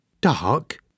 Dark